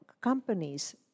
companies